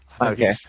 Okay